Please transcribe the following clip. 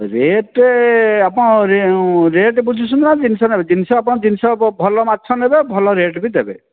rate ଆପଣ rate ବୁଝୁଛନ୍ତି ନା ଜିନିଷ ନେବେ ଜିନିଷ ଆପଣ ଜିନିଷ ଭଲ ମାଛ ନେବେ ଭଲ ରେଟ୍ ବି ଦେବେ